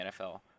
NFL